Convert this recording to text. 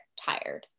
tired